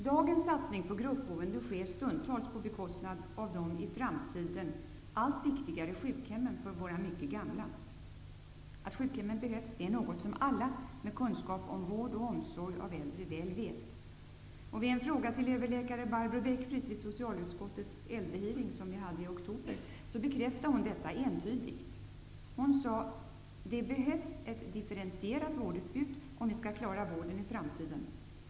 Dagens satsning på gruppboende sker stundtals på bekostnad av de i framtiden allt viktigare sjukhemmen för våra mycket gamla. Att sjukhemmen behövs är något som alla med kunskap om vård och omsorg av äldre väl vet. Vid en fråga till överläkare Barbro Beck Friis vid socialutskottets äldrehearing i oktober bekräftade hon detta entydigt. Hon sade: ''Det behövs ett differentierat vårdutbud, om vi skall klara vården i framtiden.